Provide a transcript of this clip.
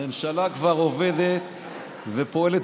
הממשלה כבר עובדת ופועלת,